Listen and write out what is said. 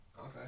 okay